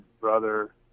brother